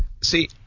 See